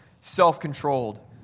Self-controlled